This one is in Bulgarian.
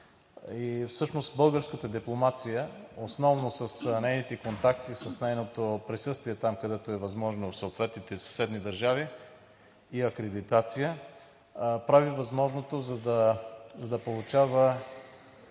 Всъщност българската дипломация основно с нейните контакти, с нейното присъствие там, където е възможно в съответните съседни държави и акредитация прави възможното, за да получава